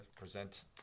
present